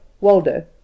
Waldo